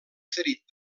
ferit